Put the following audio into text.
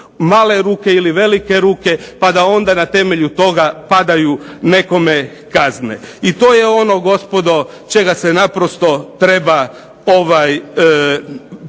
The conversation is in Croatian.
male ruke ili velike ruke, pa da onda na temelju toga padaju nekome kazne. I to je ono gospodo čega se naprosto treba plašiti.